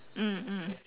mm mm